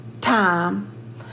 time